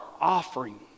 offering